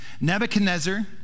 Nebuchadnezzar